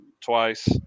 twice